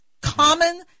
common